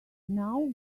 now